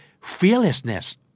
Fearlessness